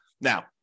Now